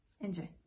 Enjoy